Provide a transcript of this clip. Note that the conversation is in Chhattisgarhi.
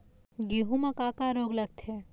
गेहूं म का का रोग लगथे?